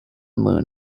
moon